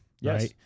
Yes